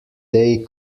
day